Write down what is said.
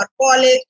college